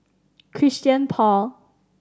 Christian Paul